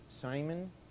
Simon